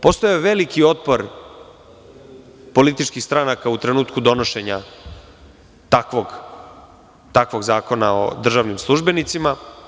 Postojao je veliki otpor političkih stranaka u trenutku donošenja takvog zakona o državnim službenicima.